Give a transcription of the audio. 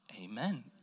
Amen